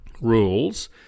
rules